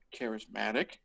charismatic